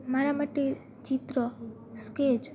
મારા માટે ચિત્ર સ્કેચ